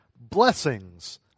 blessings